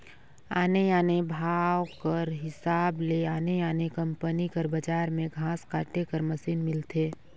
आने आने भाव कर हिसाब ले आने आने कंपनी कर बजार में घांस काटे कर मसीन मिलथे